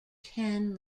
ten